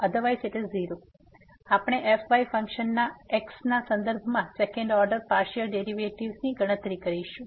તેથી આપણે fy ફંક્શનના x ના સંદર્ભમાં સેકન્ડ ઓર્ડર પાર્સીઅલ ડેરીવેટીવ્ઝની ગણતરી કરીશું